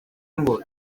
ngo